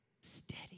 steady